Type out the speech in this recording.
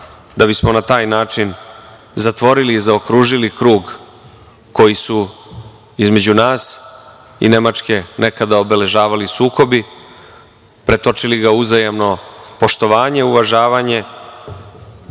da bismo na taj način zatvorili i zaokružili krug koji su između nas i Nemačke nekada obeležavali sukobi, pretočili ga uzajamno poštovanje, uvažavanje